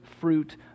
fruit